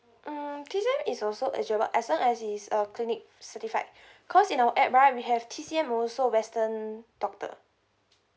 mm T_C_M is also eligible as long as it's a clinic certified cause in our app right we have T_C_M also western doctor